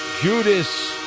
Judas